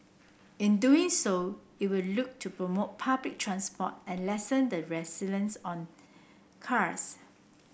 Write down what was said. in doing so it will look to promote public transport and lessen the on cars